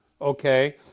okay